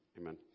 amen